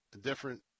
different